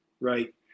Right